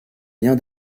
lien